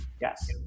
yes